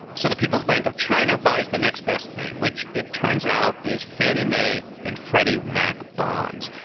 so the people's bank of china buys the next best thing, which it turns out is fannie mae and freddie mac bonds.